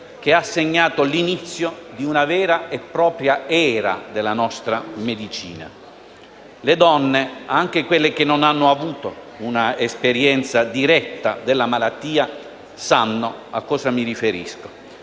che ha segnato l'inizio di una vera e propria era della nostra medicina. Le donne, anche quelle che non hanno avuto un'esperienza diretta della malattia, sanno a cosa mi riferisco.